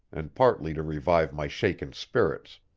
and partly to revive my shaken spirits.